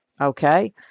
Okay